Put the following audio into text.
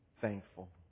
thankful